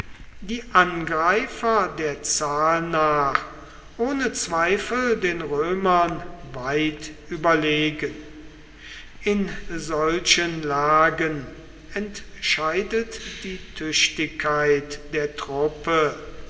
die angreifer der zahl nach ohne zweifel den römern weit überlegen in solchen lagen entscheidet die tüchtigkeit der truppe